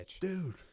dude